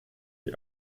die